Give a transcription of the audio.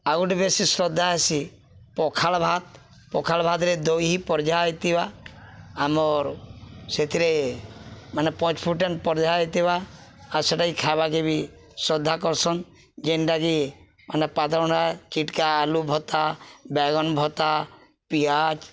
ଆଉ ଗୋଟେ ବେଶୀ ଶ୍ରଦ୍ଧା ହେସି ପଖାଳ୍ ଭାତ୍ ପଖାଳ୍ ଭାତ୍ରେ ଦହି ପର୍ଯା ହେଇଥିବା ଆମର୍ ସେଥିରେ ମାନେ ପଞ୍ଚ୍ଫୁଟନ୍ ପର୍ଯା ହେଇଥିବା ଆଉ ସେଟା ଖାଏବାକେ ବି ଶ୍ରଦ୍ଧା କର୍ସନ୍ ଯେନ୍ଟାକି ମାନେ ପାତଲ୍ଘଣ୍ଟା ଚିଟ୍କା ଆଲୁ ଭର୍ତ୍ତା ବାଏଗନ୍ ଭର୍ତ୍ତା ପିଆଜ୍